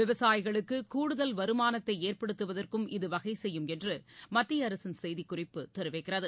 விவசாயிகளுக்குகூடுதல் வருமானத்தைஏற்படுத்துவதற்கும் இது வகைசெய்யும் என்றுமத்தியஅரசின் செய்திக் குறிப்பு தெரிவிக்கிறது